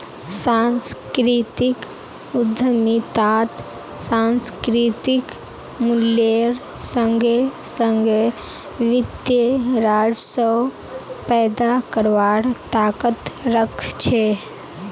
सांस्कृतिक उद्यमितात सांस्कृतिक मूल्येर संगे संगे वित्तीय राजस्व पैदा करवार ताकत रख छे